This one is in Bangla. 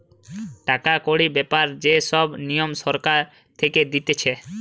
টাকা কড়ির ব্যাপারে যে সব নিয়ম সরকার থেকে দিতেছে